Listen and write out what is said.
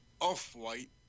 off-white